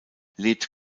lebt